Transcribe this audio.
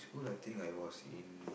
school I think I was in